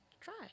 try